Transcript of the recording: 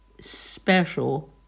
special